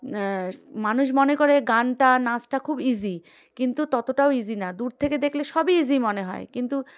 মানুষ মনে করে গানটা নাচটা খুব ইজি কিন্তু ততটাও ইজি না দূর থেকে দেখলে সবই ইজি মনে হয় কিন্তু